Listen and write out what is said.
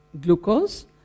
glucose